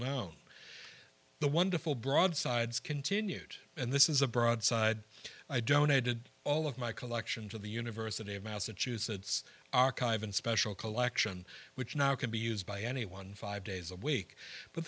known the wonderful broadsides continued and this is a broadside i donated all of my collection to the university of massachusetts archive in special collection which now can be used by anyone five days away but